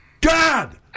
God